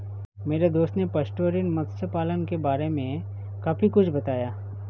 मेरे दोस्त ने एस्टुअरीन मत्स्य पालन के बारे में काफी कुछ बताया